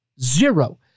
Zero